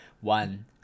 one